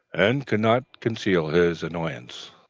and could not conceal his annoyance.